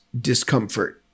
discomfort